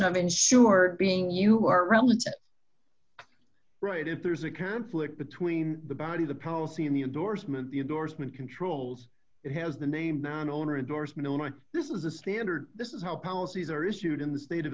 of insured being you are relative right if there's a conflict between the body the policy and the endorsement the endorsement controls it has the name the owner adores milena this is a standard this is how policies are issued in the state of